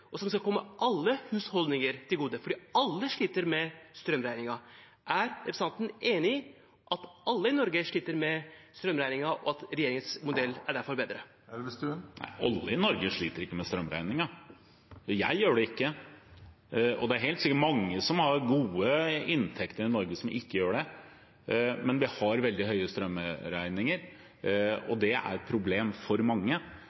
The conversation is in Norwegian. og som skal komme alle husholdninger til gode, fordi alle sliter med strømregningen. Er representanten enig i at alle i Norge sliter med strømregningen, og at regjeringens modell derfor er bedre? Nei, alle i Norge sliter ikke med strømregningen. Jeg gjør det ikke, og det er helt sikkert mange i Norge med gode inntekter som ikke gjør det. Men vi har veldig høye strømregninger, og det er et problem for mange,